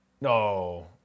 No